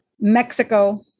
Mexico